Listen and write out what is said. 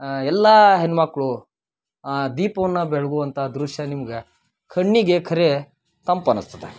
ಎಲ್ಲ ಹೆಣ್ಮಕ್ಳು ದೀಪವನ್ನು ಬೆಳ್ಗುವಂಥ ದೃಶ್ಯ ನಿಮ್ಗೆ ಕಣ್ಣಿಗೆ ಖರೆ ತಂಪು ಅನ್ನಸ್ತದ